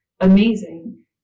amazing